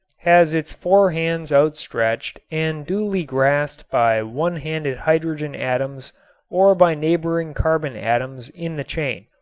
has its four hands outstretched and duly grasped by one-handed hydrogen atoms or by neighboring carbon atoms in the chain.